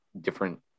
different